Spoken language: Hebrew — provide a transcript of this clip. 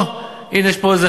בעת הפרישה תהיה